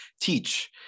teach